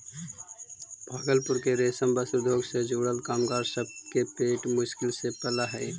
भागलपुर के रेशम वस्त्र उद्योग से जुड़ल कामगार सब के पेट मुश्किल से पलऽ हई